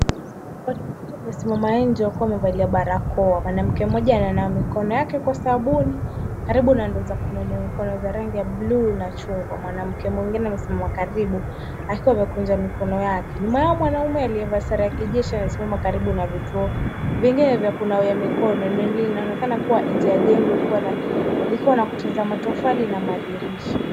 Watu watatu wamesimama nje wakiwa wamevalia barakoa. Mwanamke mmoja ananawa mikono yake kwa sabuni karibu na ndoo za kunawia mkono za rangi ya bluu na chungwa. Mwanamke mwingine amesimama karibu akiwa amekunja mikono yake. Nyuma yao mwanaume aliyevaa sare ya kijeshi amesimama karibu na vituo vingine vya kunawia mikono na inaonekana kuwa nje ya jengo likiwa na kuta za matofali na madirisha.